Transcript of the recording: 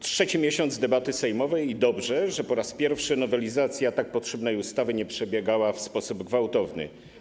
Trzeci miesiąc debaty sejmowej i dobrze, że po raz pierwszy nowelizacja tak potrzebnej ustawy nie przebiegała w sposób gwałtowny.